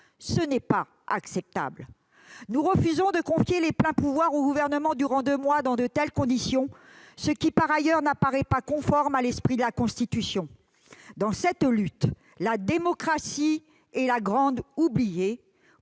n'est pas acceptable. Nous refusons de confier les pleins pouvoirs au Gouvernement pendant deux mois dans de telles conditions ! Ce qui, du reste, ne paraît pas conforme à l'esprit de la Constitution. Dans cette lutte, la démocratie est la grande oubliée-